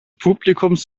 publikums